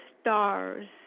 stars